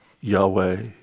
Yahweh